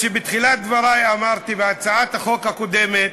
בתחילת דברי אמרתי שבהצעת החוק הקודמת